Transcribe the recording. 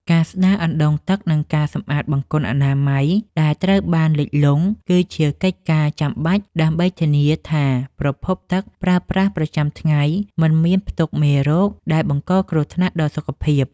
ការស្ដារអណ្ដូងទឹក និងការសម្អាតបង្គន់អនាម័យដែលត្រូវបានលិចលង់ គឺជាកិច្ចការចាំបាច់ដើម្បីធានាថាប្រភពទឹកប្រើប្រាស់ប្រចាំថ្ងៃមិនមានផ្ទុកមេរោគដែលបង្កគ្រោះថ្នាក់ដល់សុខភាព។